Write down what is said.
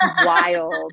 wild